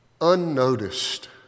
unnoticed